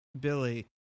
Billy